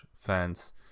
fans